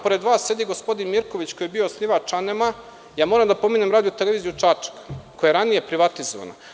Pored vas sedi gospodin Mirković koji je bio osnivač ANEM-a i ja moram da pomene Radio-televiziju Čačak, koja je ranije privatizovana.